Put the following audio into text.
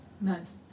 Nice